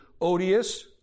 odious